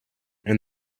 and